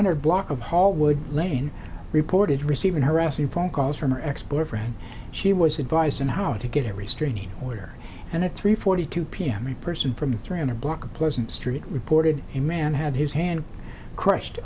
hundred block of hall would blame reported receiving harassing phone calls from her ex boyfriend she was advised in how to get a restraining order and a three forty two pm me person from three in a block of pleasant street reported a man had his hand crushed